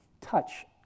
touch